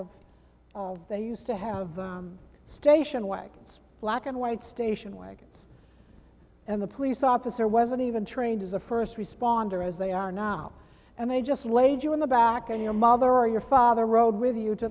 of they used to have the station wagons black and white station wagon and the police officer wasn't even trained as a first responder as they are now and they just layed you in the back of your mother or your father rode with you to